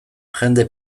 jende